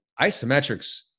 isometrics